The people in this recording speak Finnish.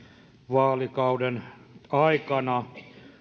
vaalikauden aikana